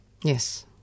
Yes